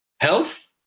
Health